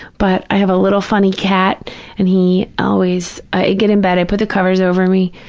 but i have a little funny cat and he always, i get in bed, i put the covers over me,